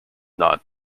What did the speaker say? not